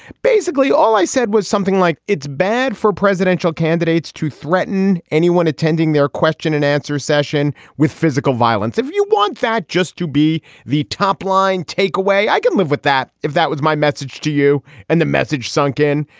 basically, all i said was something like it's bad for presidential candidates to threaten anyone attending their question and answer session with physical violence. if you want that just to be the top line takeaway, i can live with that. if that was my message to you and the message sunk in,